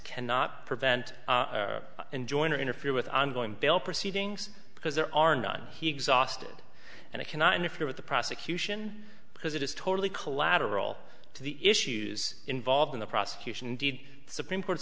cannot prevent our enjoying or interfere with ongoing bail proceedings because there are not he exhausted and i cannot interfere with the prosecution because it is totally collateral to the issues involved in the prosecution indeed the supreme court's